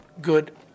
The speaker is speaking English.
good